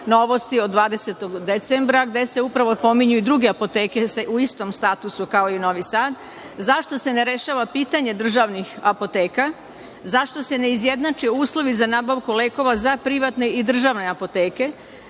„Novosti“ od 20. decembra gde se upravo pominju i druge apoteke u istom statusu kao i Novi Sad. Zašto se ne rešava pitanje državnih apoteka? Zašto se ne izjednače uslovi za nabavku lekova za privatne i državne apoteke?